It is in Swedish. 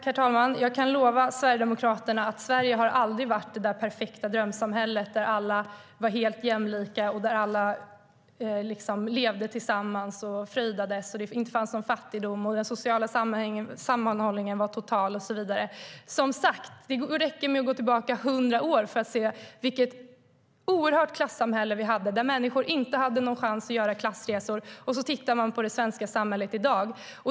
Herr talman! Jag kan lova Sverigedemokraterna att Sverige aldrig har varit det perfekta drömsamhället där alla var helt jämlika, levde tillsammans och fröjdades, där det inte fanns någon fattigdom och den sociala sammanhållningen var total och så vidare. Som sagt räcker det att gå tillbaka hundra år för att se vilket oerhört klassamhälle vi hade där människor inte hade någon chans att göra klassresor och sedan titta på det svenska samhället i dag.